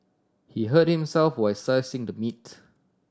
he hurt himself while slicing the meats